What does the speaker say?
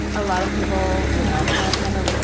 a lot of people you know might kind of